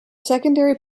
secondary